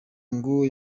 ngo